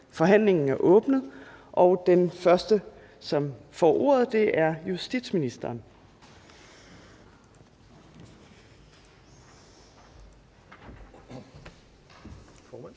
Forhandlingen er åbnet. Den første, som får ordet, er justitsministeren.